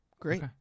Great